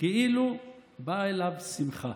כאילו באה אליו שמחה.